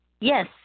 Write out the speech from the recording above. Yes